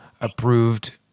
approved